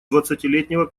двадцатилетнего